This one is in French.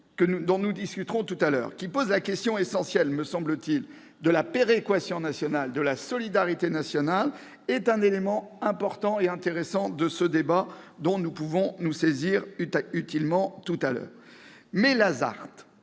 dont nous discuterons tout à l'heure, qui pose la question essentielle, me semble-t-il, de la péréquation et de la solidarité nationale, est un élément important et intéressant de ce débat ; nous pouvons nous en saisir utilement. Néanmoins, la ZART,